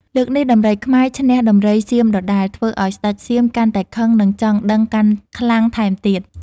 លើកនេះដំរីខ្មែរឈ្នះដំរីសៀមដដែល ធ្វើឲ្យស្ដេចសៀមកាន់តែខឹងនិងចង់ដឹងកាន់ខ្លាំងថែមទៀត។